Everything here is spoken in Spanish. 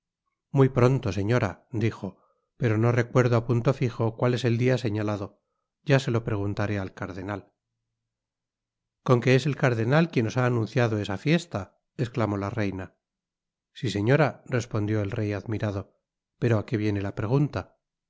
muy pronto señora dijo pero no recuerdo á punto fijo cual es el dia señalado ya se lo preguntaré al cardenal con que es el cardenal quien os ha anunciado esa fiesta esclamó la reina si señora respondió el rey admirado pero á qué viene la pregunta